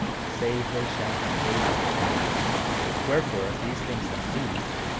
save they shall have faith in his name wherefore, if these things have ceased,